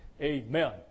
amen